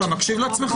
אתה מקשיב לעצמך?